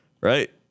right